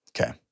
okay